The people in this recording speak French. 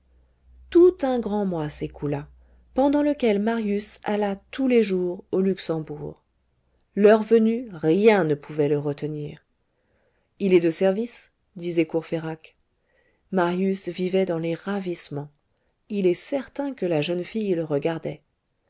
tout un grand mois s'écoula pendant lequel marius alla tous les jours au luxembourg l'heure venue rien ne pouvait le retenir il est de service disait courfeyrac marius vivait dans les ravissements il est certain que la jeune fille le regardait